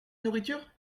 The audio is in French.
nourriture